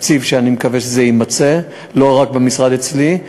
אני מקווה שזה יימצא, לא רק במשרד אצלי,